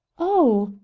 oh!